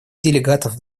делегатов